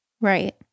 Right